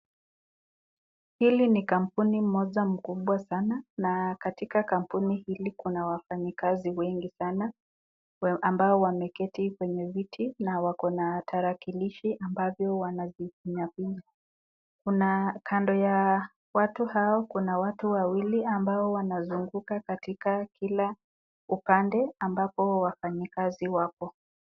Hili ni kampuni moja mkubwa sana, na katika kampuni hili kuna wafanyikazi wengi sana ambao wameketi kwenye viti na wako na tarakilishi ambavyo wanafinya finya. Kando ya watu hao kuna watu wawili ambao wanazunguka katika kila upande ambapo wafanyikazi wapo.